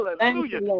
Hallelujah